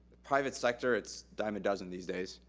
private sector, it's dime a dozen these days.